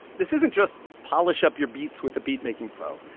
this isn't just polish up your beats with a beat-making pro.